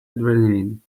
adrenaline